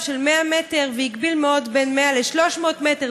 של 100 מטר והגביל מאוד בין 100 ל-300 מטר.